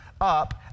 up